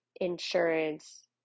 insurance